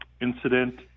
incident